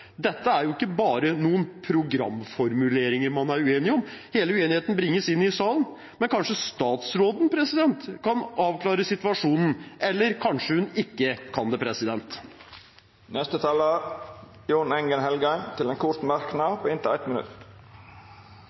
er ikke bare noen programformuleringer man er uenige om. Hele uenigheten bringes inn i salen. Men kanskje statsråden kan avklare situasjonen – eller kanskje hun ikke kan det. Representanten Jon Engen-Helgheim har hatt ordet to gonger tidlegare og får ordet til ein kort merknad, avgrensa til 1 minutt.